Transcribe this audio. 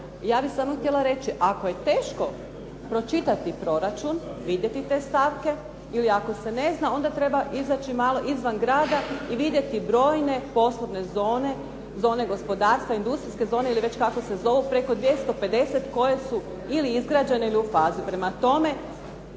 Ja bih samo htjela reći ako je teško pročitati proračun, vidjeti te stavke ili ako se ne zna, onda treba izaći malo izvan grada i vidjeti brojne poslovne zone, zone gospodarstva, industrijske zone ili već kako se zovu, preko 250 koje su ili izgrađene ili u fazi. Prema tome,